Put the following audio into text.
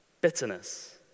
bitterness